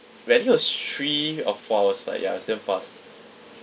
wait I think it was three or four hours flight ya it's damn fast